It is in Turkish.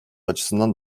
açısından